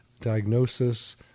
diagnosis